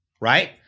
Right